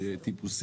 רפתות.